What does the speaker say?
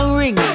ring